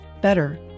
better